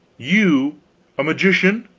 you a magician!